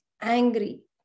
angry